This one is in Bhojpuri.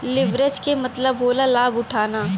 लिवरेज के मतलब होला लाभ उठाना